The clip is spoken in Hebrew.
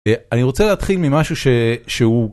אני רוצה להתחיל ממשהו שהוא.